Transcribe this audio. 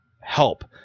Help